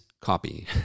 copy